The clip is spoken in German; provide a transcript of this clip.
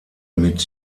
mit